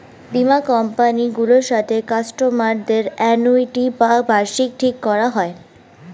বীমা কোম্পানি গুলোর সাথে কাস্টমার দের অ্যানুইটি বা বার্ষিকী ঠিক করা হয়